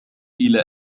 إلى